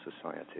society